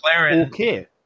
okay